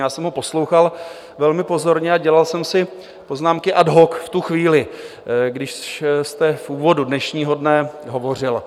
Já jsem ho poslouchal velmi pozorně a dělal jsem si poznámky ad hoc v tu chvíli, když jste v úvodu dnešního dne hovořil.